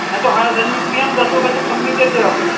اب تو ہرا دھنیا بھی ہم دس روپئے سے کم نہیں دیتے اب